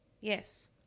Yes